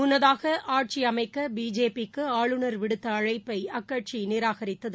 முன்னதாக ஆட்சியமைக்கபிஜேபி க்குஆளுநர் விடுத்தஅழைப்பைஅக்கட்சிநிராகரித்தது